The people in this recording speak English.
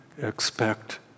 expect